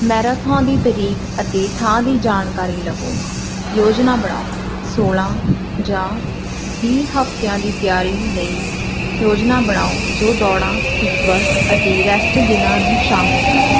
marathon ਦੀ ਤਰੀਕ ਅਤੇ ਥਾਂ ਦੀ ਜਾਣਕਾਰੀ ਲਵੋ ਯੋਜਨਾ ਬਣਾਓ ਸੋਲ੍ਹਾਂ ਜਾਂ ਵੀਹ ਹਫ਼ਤਿਆਂ ਦੀ ਤਿਆਰੀ ਲਈ ਯੋਜਨਾ ਬਣਾਓ ਜੋ ਦੌੜਾਂ ਸਪੀਡ ਵਰਕ ਅਤੇ ਰੈਸਟ ਦਿਨਾਂ ਨੂੰ ਸ਼ਾਮਿਲ ਕਰੇ